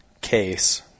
case